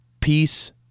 peace